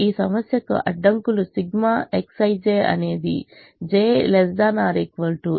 ఈ సమస్యకు అడ్డంకులు సిగ్మా Xij అనేదిj ≤ ai పై సంగ్రహించబడుతుంది